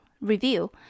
review